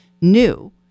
new